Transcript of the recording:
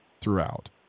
throughout